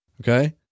Okay